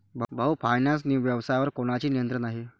भाऊ फायनान्स व्यवसायावर कोणाचे नियंत्रण आहे?